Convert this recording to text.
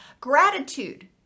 gratitude